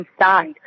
inside